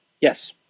Yes